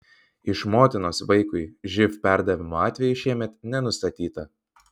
iš motinos vaikui živ perdavimo atvejų šiemet nenustatyta